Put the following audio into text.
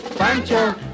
Pancho